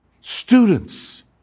Students